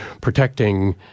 protecting